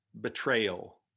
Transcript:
betrayal